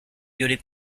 during